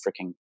freaking